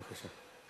בבקשה.